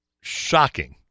shocking